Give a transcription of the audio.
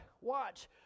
Watch